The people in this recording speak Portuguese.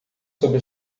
sobre